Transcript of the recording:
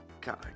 God